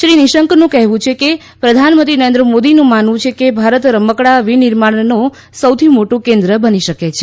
શ્રી નિશંકનું કહેવું છે કે પ્રધાનમંત્રી નરેન્દ્ર મોદીનું માનવું છે કે ભારત રમકડાં વિનિર્માણનો સૌથી મોટું કેન્દ્ર બની શકે છે